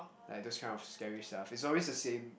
like those kind of scary stuff it's always the same